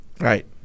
Right